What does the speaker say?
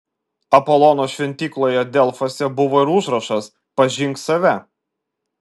apolono šventykloje delfuose buvo ir užrašas pažink save